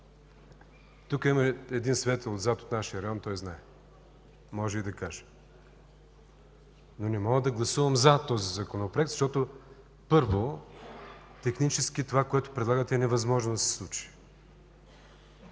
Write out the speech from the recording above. има един свидетел от нашия район, той знае, може и да каже. Но не мога да гласувам „за” този Законопроект, защото, първо, технически това, което предлагате, е невъзможно да се случи.